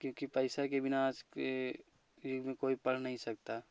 क्योंकि पैसा के बिना आज के युग में कोई पढ़ नहीं सकता